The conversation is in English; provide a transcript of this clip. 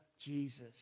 jesus